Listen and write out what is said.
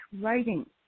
writing